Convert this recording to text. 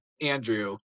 Andrew